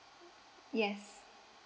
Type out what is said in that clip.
yes